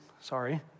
sorry